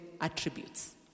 attributes